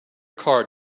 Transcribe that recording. card